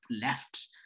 left